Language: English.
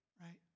right